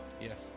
Yes